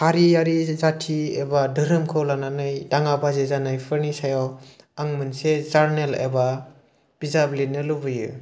हारिआरि जाति एबा धोरोमखौ लानानै दाङा बाजि जानायफोरनि सायाव आं मोनसे जार्नेल एबा बिजाब लिरनो लुबैयो